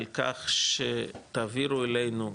על כך שתעבירו אלינו,